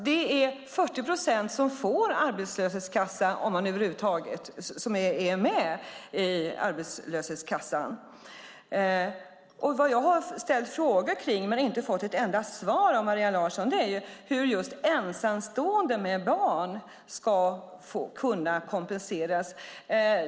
Det är 40 procent som är med som får arbetslöshetskassa över huvud taget. Vad jag har ställt frågor om men inte fått ett enda svar av Maria Larsson är hur ensamstående med barn ska kunna kompenseras.